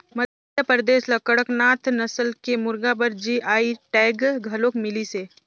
मध्यपरदेस ल कड़कनाथ नसल के मुरगा बर जी.आई टैग घलोक मिलिसे